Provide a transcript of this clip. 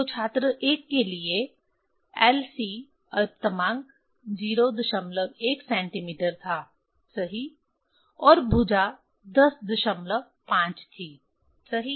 तो छात्र 1 के लिए LC अल्पतमांक 01 सेंटीमीटर था सही और भुजा 105 थी सही